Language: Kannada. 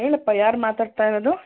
ಹೇಳಪ್ಪ ಯಾರು ಮಾತಾಡ್ತಾ ಇರೋದು